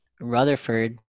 Rutherford